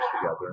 together